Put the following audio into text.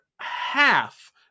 half